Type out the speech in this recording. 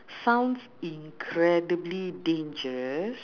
sounds incredibly dangerous